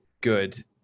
good